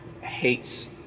hates